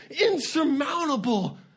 insurmountable